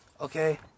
Okay